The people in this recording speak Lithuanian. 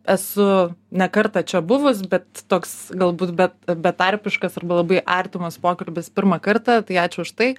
esu ne kartą čia buvus bet toks galbūt bet betarpiškas arba labai artimas pokalbis pirmą kartą tai ačiū už tai